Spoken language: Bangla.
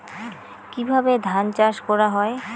কিভাবে ধান চাষ করা হয়?